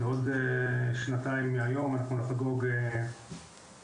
בעוד שנתיים מהיום אנחנו נחגוג עשור